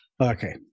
Okay